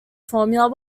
formula